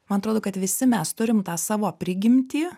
man atrodo kad visi mes turim tą savo prigimtį